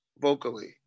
vocally